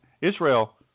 Israel